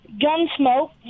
Gunsmoke